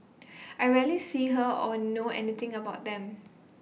I rarely see her or know anything about them